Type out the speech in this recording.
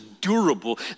durable